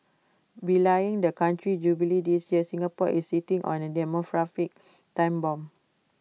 belying the country's jubilee this year Singapore is sitting on A demographic time bomb